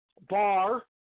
bar